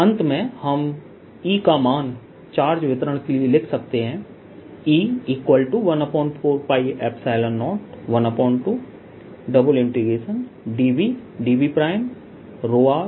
तो अंत में हम E का मान चार्ज वितरण के लिए लिख सकते हैं E14π012∬dVdVrρr